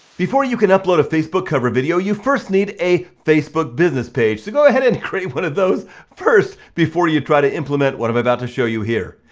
before you can upload a facebook cover video, you first need a facebook business page. so go ahead and create one of those first, before you try to implement what i'm about to show you here.